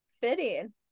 fitting